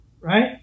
right